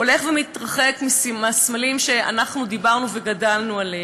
הולך ומתרחק מהסמלים שאנחנו דיברנו וגדלנו עליהם.